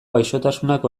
gaixotasunak